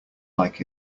like